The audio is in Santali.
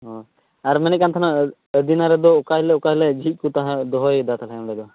ᱚᱸᱻ ᱟᱨ ᱢᱮᱱᱮᱫ ᱠᱟᱱ ᱛᱟᱦᱮᱱᱟ ᱟᱹᱫᱤᱱᱟ ᱨᱮᱫᱚ ᱚᱠᱟ ᱦᱤᱞᱳᱜ ᱚᱠᱟ ᱦᱤᱞᱳᱜ ᱡᱷᱤᱡ ᱠᱚ ᱛᱟᱦᱟ ᱫᱚᱦᱚᱭᱮᱫᱟ ᱛᱟᱦᱚᱞᱮ ᱚᱸᱰᱮ ᱫᱚ